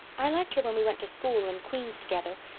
i liked her when we went to school and queen's together.